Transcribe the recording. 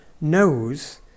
knows